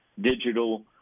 digital